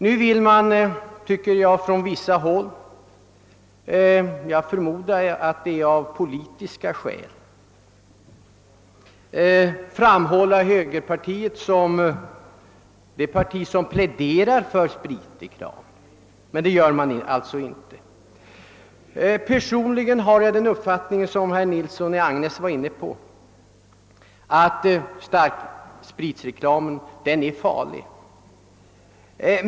Nu verkar det som om man på vissa håll — jag förmodar av politiska skäl — vill framhålla högerpartiet som ett parti som pläderar för spritreklam. Det gör vi nu inte. Personligen har jag samma uppfattning som herr Nilsson i Agnäs, att starkspritreklamen är farlig.